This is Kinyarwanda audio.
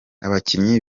abakinnyi